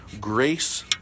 Grace